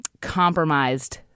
compromised